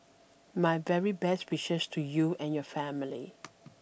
my very best wishes to you and your family